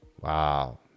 Wow